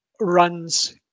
runs